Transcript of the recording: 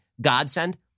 godsend